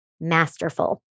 masterful